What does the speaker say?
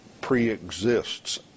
pre-exists